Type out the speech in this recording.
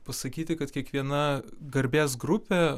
pasakyti kad kiekviena garbės grupė